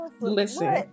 Listen